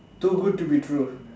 too good to be true